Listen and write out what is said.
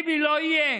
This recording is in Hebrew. שביבי לא יהיה.